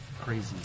crazy